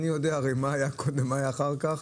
אני יודע הרי מה היה קודם ומה היה אחר כך,